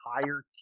higher